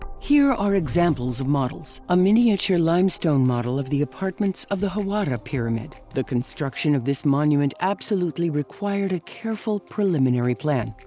here are examples of models a miniature limestone model of the apartments of the hawara pyramid. the construction of this monument absolutely required a careful preliminary plan.